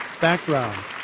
background